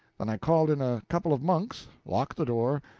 then i called in a couple of monks, locked the door,